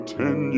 ten